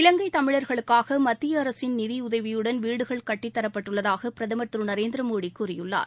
இலங்கை தமிழர்களுக்காக மத்திய அரசின் நிதியுதவியுடன் வீடுகள் கட்டித்தரப்பட்டுள்ளதாக பிரதமர் திரு நரேந்திரமோடி கூறியுள்ளார்